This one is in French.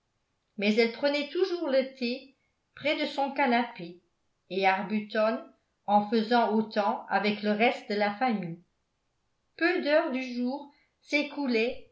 mais elle prenait toujours le thé près de son canapé et arbuton en faisait autant avec le reste de la famille peu d'heures du jour